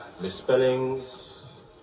misspellings